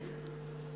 טוב.